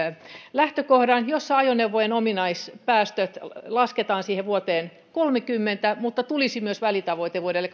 lähtökohdan jossa ajoneuvojen ominaispäästöt lasketaan siihen vuoteen kaksituhattakolmekymmentä mutta tulisi myös välitavoite vuodelle